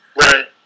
Right